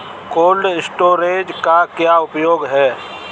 Cold storage का क्या उपयोग है?